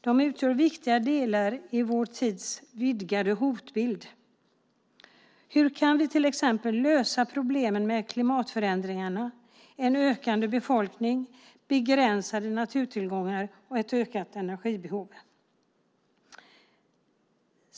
De utgör viktiga delar i vår tids vidgade hotbild. Hur kan vi till exempel lösa problemen med klimatförändringarna, en ökande befolkning, begränsade naturtillgångar och ett ökat energibehov?"